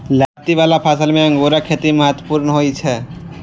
लत्ती बला फसल मे अंगूरक खेती महत्वपूर्ण होइ छै